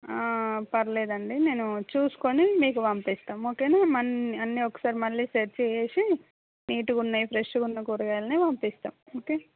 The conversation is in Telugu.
పర్లేదు అండి నేను చూసుకొని మీకు పంపిస్తాము ఓకేనా మన్ అన్నీ ఒకసారి మళ్ళీ సెట్ చేసేసి నీట్గా ఉన్నాయి ఫ్రెష్గా ఉన్న కూరగాయలనే పంపిస్తాము ఓకే